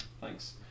Thanks